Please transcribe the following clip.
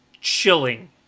chilling